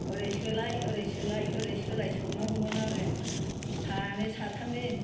ओरै सोलाय ओरै सोलाय ओरै सोलाय सौनांगौमोन आरो सानै साथामनि